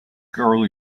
girl